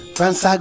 France